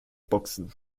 boxen